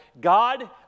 God